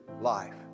life